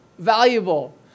Valuable